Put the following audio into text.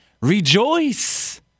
Rejoice